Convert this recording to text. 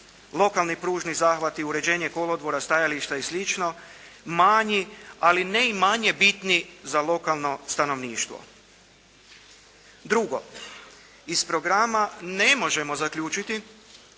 Lokalni pružni zahvati, uređenje kolodvora, stajališta i slično manji, ali ne i manje bitni za lokalno stanovništvo. Drugo. Iz programa ne možemo zaključiti